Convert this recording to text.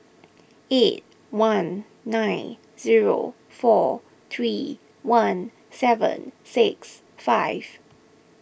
eight one nine zero four three one seven six five